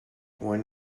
one